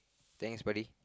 thanks buddy